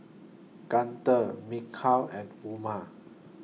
Guntur Mikhail and Umar